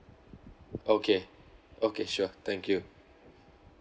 okay okay sure thank you